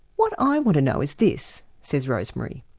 what i want to know is this, says rosemary.